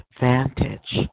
advantage